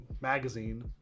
magazine